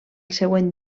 següent